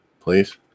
Please